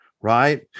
Right